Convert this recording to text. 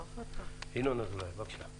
ינון אזולאי, בבקשה.